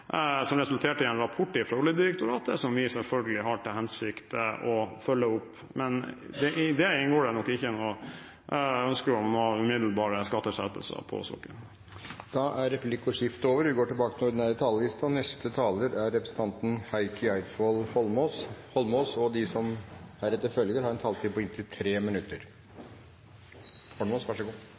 som resulterte i en rapport fra Oljedirektoratet, som vi selvfølgelig har til hensikt å følge opp. Men i det inngår det nok ikke noe ønske om noen umiddelbare skatteskjerpelser for sokkelen. Replikkordskiftet er omme. De talere som heretter får ordet, har en taletid på inntil 3 minutter.